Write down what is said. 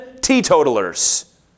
teetotalers